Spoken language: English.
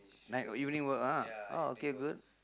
night evening work ah orh okay good